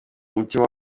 mutima